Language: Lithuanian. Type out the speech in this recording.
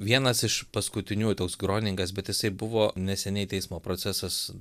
vienas iš paskutiniųjų toks groningas bet jisai buvo neseniai teismo procesas